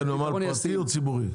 אתה נמל פרטי או ציבורי?